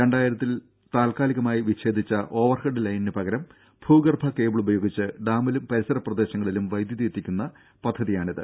രണ്ടായിരത്തിൽ താൽക്കാലികമായി വിച്ഛേദിച്ച ഓവർഹെഡ് ലൈനിന് പകരം ഭൂഗർഭ കേബിളുപയോഗിച്ച് ഡാമിലും പരിസര പ്രദേശങ്ങളിലും വൈദ്യുതി എത്തിക്കുന്ന പദ്ധതിയാണിത്